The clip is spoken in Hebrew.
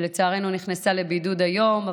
שלצערנו נכנסה לבידוד היום,